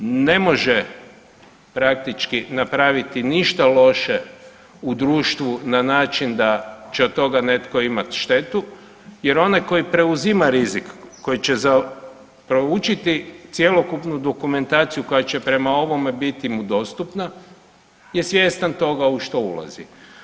Ne možemo praktički napraviti ništa loše u društvu na način da će od toga netko imati štetu jer onaj tko preuzima rizik, tko će proučiti cjelokupnu dokumentaciju koja će prema ovome biti mu dostupna je svjestan toga u što ulazi.